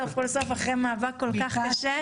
סוף כל סוף אחרי מאבק כל כך קשה.